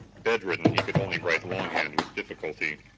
bedridden, he could only write longhand with difficulty,